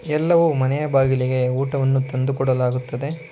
ಎಲ್ಲವೂ ಮನೆಯ ಬಾಗಿಲಿಗೆ ಊಟವನ್ನು ತಂದುಕೊಡಲಾಗುತ್ತದೆ